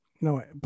No